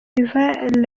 ivan